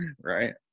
Right